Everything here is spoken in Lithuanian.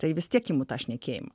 tai vis tiek imu tą šnekėjimą